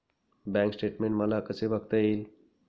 Bank statement मला कसे बघता येईल?